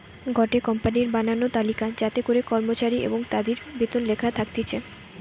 গটে কোম্পানির বানানো তালিকা যাতে করে কর্মচারী এবং তাদির বেতন লেখা থাকতিছে